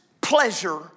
pleasure